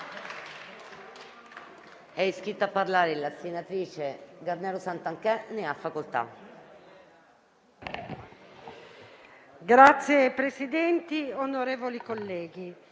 È iscritta a parlare la senatrice Garnero Santanché. Ne ha facoltà.